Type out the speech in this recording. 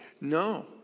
No